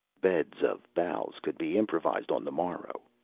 beds of boughs could be improvised on the morrow.